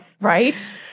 Right